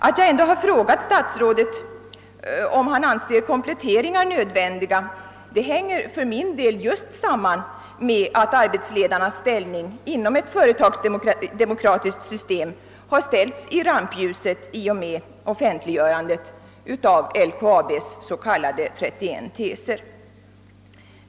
Att jag ändå har frågat statsrådet, om han anser att kompletteringar är nödvändiga sammanhänger för min del just med att arbetsledarnas ställning inom ett företagsdemokratiskt system ställs i rampljuset i och med offentliggörandet av LKAB:s s.k. 31 teser.